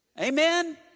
Amen